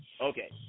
Okay